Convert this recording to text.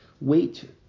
wait